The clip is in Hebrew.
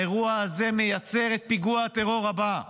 האירוע הזה מייצר את פיגוע הטרור הבא.